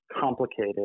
complicated